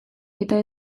eta